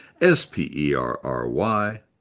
S-P-E-R-R-Y